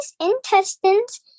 intestines